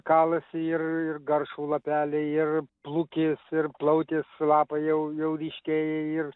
kalasi ir garšvų lapeliai ir plukės ir plautės lapai jau ryškėja ir